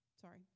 sorry